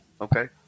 Okay